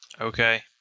Okay